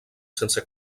sense